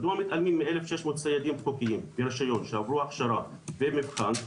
מדוע מתעלמים מ-1,600 ציידים חוקיים ברישיון שעברו הכשרה ומבחן.